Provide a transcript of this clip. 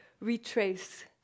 retrace